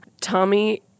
Tommy